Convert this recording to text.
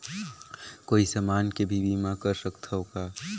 कोई समान के भी बीमा कर सकथव का?